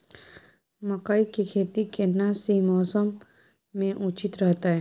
मकई के खेती केना सी मौसम मे उचित रहतय?